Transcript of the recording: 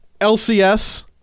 LCS